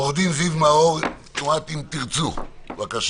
עורך דין זיו מאור, תנועת אם תרצו, בבקשה.